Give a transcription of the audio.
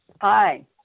Hi